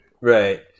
Right